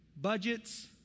budgets